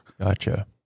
gotcha